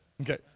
Okay